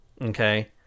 Okay